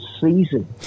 season